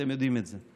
אתם יודעים את זה.